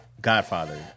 Godfather